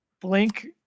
Blink